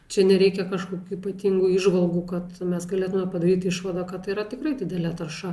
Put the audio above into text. čia nereikia kažkokių ypatingų įžvalgų kad mes galėtume padaryt išvadą kad tai yra tikrai didelė tarša